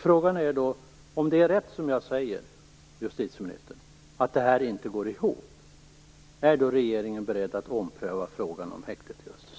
Frågan är: Om det är rätt som jag säger, justitieministern, att detta inte går ihop, är då regeringen beredd att ompröva frågan om häktet i Östersund?